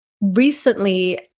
recently